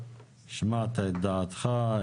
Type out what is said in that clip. השמעת את דעתך.